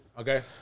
Okay